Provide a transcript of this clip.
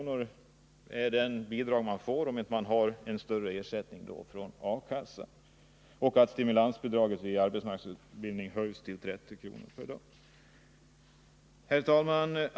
skall vara det bidrag den får som inte har större ersättning från A-kassan samt att stimulansbidraget vid arbetsmarknadsutbildning höjs till 30 kr. per dag. Herr talman!